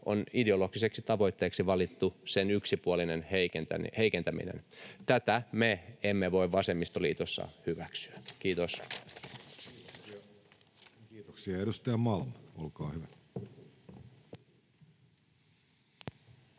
on ideologiseksi tavoitteeksi valittu sen yksipuolinen heikentäminen. Tätä me emme voi vasemmistoliitossa hyväksyä. — Kiitos. [Speech 79] Speaker: